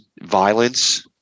violence